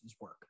work